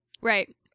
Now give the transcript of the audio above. Right